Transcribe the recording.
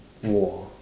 !wah!